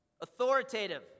Authoritative